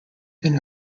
been